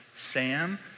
Sam